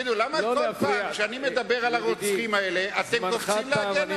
למה כל פעם שאני מדבר על הרוצחים האלה אתם קופצים להגן עליהם?